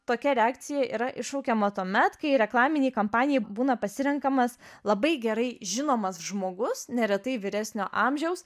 tokia reakcija yra iššaukiama tuomet kai reklaminei kampanijai būna pasirenkamas labai gerai žinomas žmogus neretai vyresnio amžiaus